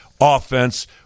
offense